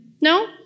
no